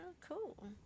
cool